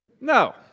No